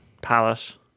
palace